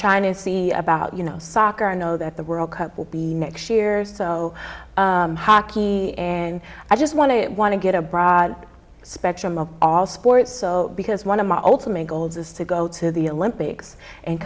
china see about you know soccer i know that the world cup will be next year so hockey and i just want to it want to get a broad spectrum of all sports so because one of my ultimate goals is to go to the olympics and